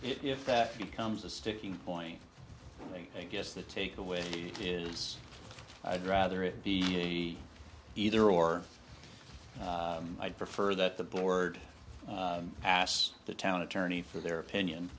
if that becomes a sticking point i guess the takeaway is i'd rather it be either or i'd prefer that the board asked the town attorney for their opinion